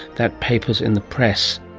that paper is in the press